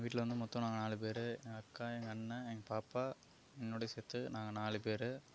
எங்கள் வீட்டில் வந்து மொத்தம் நாங்கள் நாலு பேர் எங்கள் அக்கா எங்கள் அண்ணன் எங்கள் பாப்பா என்னுடைய சேர்த்து நாங்கள் நாலு பேர்